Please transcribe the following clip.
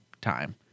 time